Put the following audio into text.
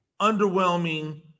underwhelming